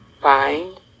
find